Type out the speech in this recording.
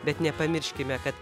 bet nepamirškime kad